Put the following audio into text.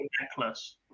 necklace